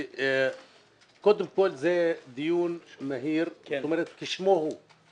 זה דיון מהיר, כשמו כן הוא.